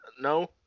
No